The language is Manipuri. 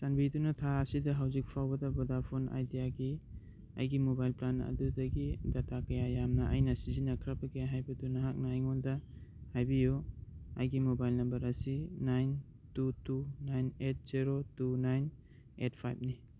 ꯆꯥꯟꯕꯤꯗꯨꯅ ꯊꯥ ꯑꯁꯤꯗ ꯍꯧꯖꯤꯛ ꯐꯥꯎꯕꯗ ꯕꯣꯗꯥꯐꯣꯟ ꯑꯥꯏꯗꯤꯌꯥꯒꯤ ꯑꯩꯒꯤ ꯃꯣꯕꯥꯏꯜ ꯄ꯭ꯂꯥꯟ ꯑꯗꯨꯗꯒꯤ ꯗꯇꯥ ꯀꯌꯥ ꯌꯥꯝꯅ ꯑꯩꯅ ꯁꯤꯖꯤꯟꯅꯈ꯭ꯔꯕꯒꯦ ꯍꯥꯏꯕꯗꯨ ꯅꯍꯥꯛꯅ ꯑꯩꯉꯣꯟꯗ ꯍꯥꯏꯕꯤꯌꯨ ꯑꯩꯒꯤ ꯃꯣꯕꯥꯏꯜ ꯅꯝꯕꯔ ꯑꯁꯤ nine two two nine eight zero two nine eight ꯐꯥꯏꯚꯅꯤ